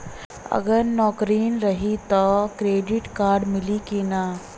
अगर नौकरीन रही त क्रेडिट कार्ड मिली कि ना?